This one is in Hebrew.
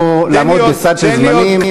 רק כמו שאתה רואה אני חייב פה לעמוד בסד של זמנים.